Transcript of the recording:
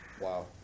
Wow